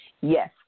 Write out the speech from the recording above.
Yes